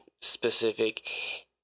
specific